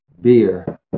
beer